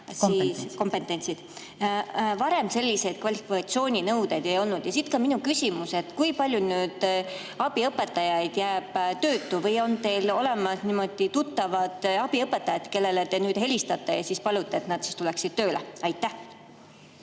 Varem selliseid kvalifikatsiooninõudeid ei olnud. Ja siit ka minu küsimus. Kui palju abiõpetajaid nüüd jääb töötuks? Või on teil olemas tuttavad abiõpetajad, kellele te helistate ja palute, et nad tuleksid tööle? Aitäh!